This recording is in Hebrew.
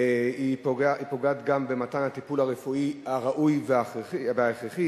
היא פוגעת גם במתן הטיפול הרפואי הראוי וההכרחי,